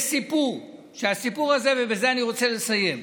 יש סיפור, ובזה אני רוצה לסיים.